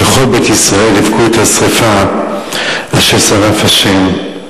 וכל בית ישראל יבכו את השרפה אשר שרף ה'.